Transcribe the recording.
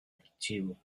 archivo